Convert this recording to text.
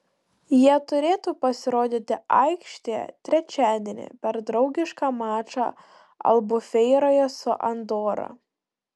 jie turėtų pasirodyti aikštėje trečiadienį per draugišką mačą albufeiroje su andora